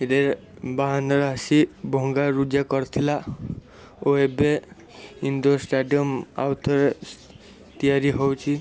ରେ ବାହାନାଗା ଆସି ଭଙ୍ଗାରୁଜା କରିଥିଲା ଓ ଏବେ ଇନ୍ଦୋର ଷ୍ଟାଡ଼ିୟମ୍ ଆଉ ଥରେ ତିଆରି ହେଉଛି